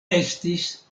estis